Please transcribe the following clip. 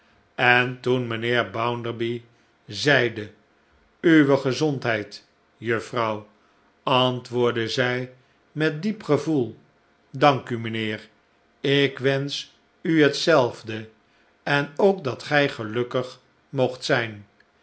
en toen mijnheer bounderby zeide uwe gezondheid juffrouw antwoordde zij met diep gevoel dank u mijnheer ik wensch u hetzelfde en ook dat gij gelukkig moogt zijn